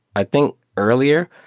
i think earlier,